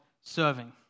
serving